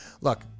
look